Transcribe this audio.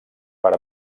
per